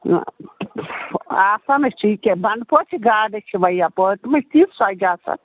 آسان چھِ یہِ کیٚاہ بنٛڈٕ پورچہِ گاڈٕ چھِ وۄنۍ یَپٲرۍ تِمَے چھِ تیٖژٕ سرۄجہِ آسان